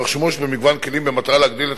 תוך שימוש במגוון כלים במטרה להגדיל את